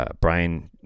Brian